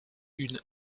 une